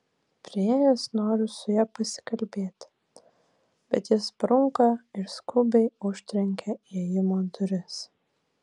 priėjęs noriu su ja pasikalbėti bet ji sprunka ir skubiai užtrenkia įėjimo duris